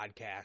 podcast